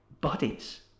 bodies